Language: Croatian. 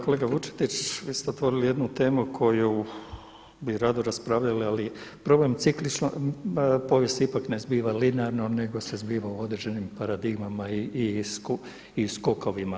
Kolega Vučetić, vi ste otvorili jednu temu koju bi rado raspravljali, ali problem cikličnog, povijest se ipak ne zbiva linearno nego se zbiva u određenim paradigmama i skokovima.